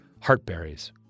*Heartberries*